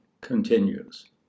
Continues